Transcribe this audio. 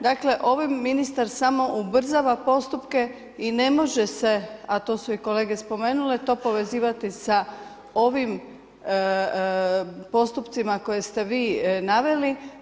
Dakle, ovim ministar samo ubrzava postupke i ne može se, a to su i kolege spomenule to povezivati sa ovim postupcima koje ste vi naveli.